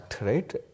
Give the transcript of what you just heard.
right